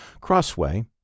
Crossway